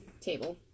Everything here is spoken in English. table